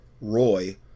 Roy